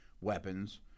weapons